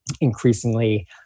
increasingly